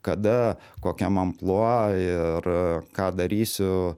kada kokiam amplua ir ką darysiu